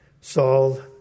Saul